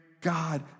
God